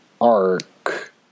arc